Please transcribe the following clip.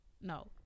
no